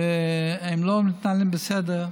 שהם לא מתנהלים בסדר?